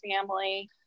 family